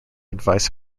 advice